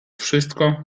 wszystko